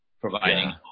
Providing